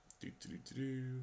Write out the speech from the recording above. Do-do-do-do